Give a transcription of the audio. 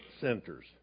centers